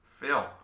Phil